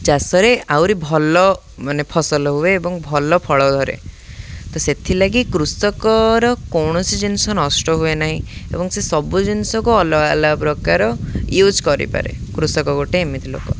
ଚାଷରେ ଆହୁରି ଭଲ ମାନେ ଫସଲ ହୁଏ ଏବଂ ଭଲ ଫଳ ଧରେ ତ ସେଥିଲାଗି କୃଷକର କୌଣସି ଜିନିଷ ନଷ୍ଟ ହୁଏ ନାହିଁ ଏବଂ ସେ ସବୁ ଜିନିଷକୁ ଅଲଗା ଅଲଗା ପ୍ରକାର ୟୁଜ୍ କରିପାରେ କୃଷକ ଗୋଟେ ଏମିତି ଲୋକ